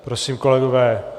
Prosím, kolegové!